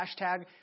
hashtag